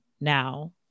now